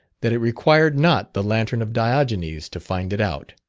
that it required not the lantern of diogenes to find it out.